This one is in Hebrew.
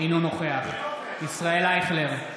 אינו נוכח ישראל אייכלר,